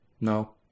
No